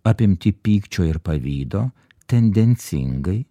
apimti pykčio ir pavydo tendencingai